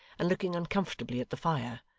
and looking uncomfortably at the fire.